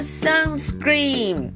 sunscreen